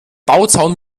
bauzaun